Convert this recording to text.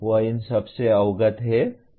वह इन सब से अवगत है